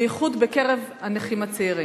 בייחוד בקרב הנכים הצעירים.